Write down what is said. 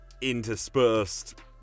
interspersed